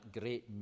great